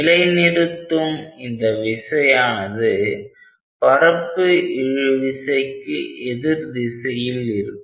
நிலை நிறுத்தும் இந்த விசையானது பரப்பு இழு விசைக்கு எதிர் திசையில் இருக்கும்